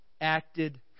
acted